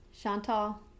Chantal